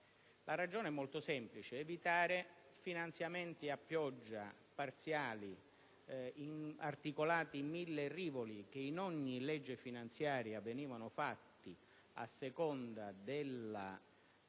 La ragione è molto semplice: evitare finanziamenti a pioggia, parziali, articolati in mille rivoli che in ogni legge finanziaria venivano inseriti a seconda